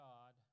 God